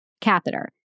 catheter